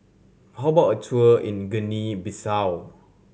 how about a tour in Guinea Bissau